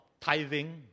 tithing